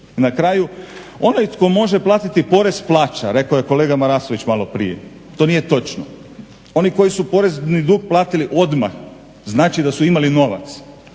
na kraju onaj tko može platiti porez plaća rekao je kolega Marasović malo prije, to nije točno. Oni koji su porezni dug platili odmah znači da su imali novac.